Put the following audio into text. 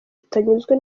atanyuzwe